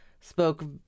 spoke